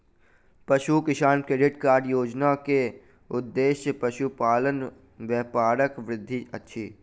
पशु किसान credit card योजना के उद्देश्य पशुपालन व्यापारक वृद्धि अछि